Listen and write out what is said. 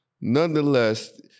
nonetheless